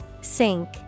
sink